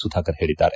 ಸುಧಾಕರ್ ಹೇಳಿದ್ದಾರೆ